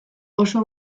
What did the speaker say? oso